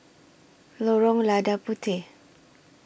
Lorong Lada Puteh